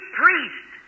priest